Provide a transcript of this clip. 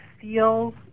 feels